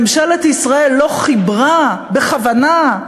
ממשלת ישראל לא חיברה, בכוונה,